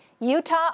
Utah